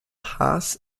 haas